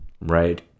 Right